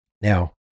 Now